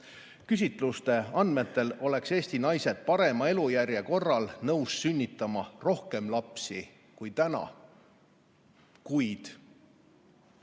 Küsitluste andmetel oleks Eesti naised parema elujärje korral nõus sünnitama rohkem lapsi kui praegu. Kuid